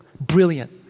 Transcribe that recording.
Brilliant